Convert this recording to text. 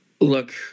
look